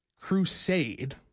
crusade